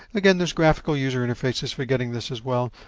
again, there's graphical user interfaces for getting this as well.